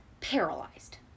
paralyzed